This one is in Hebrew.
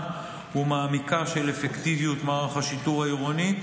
ומעמיקה של אפקטיביות מערך השיטור העירוני,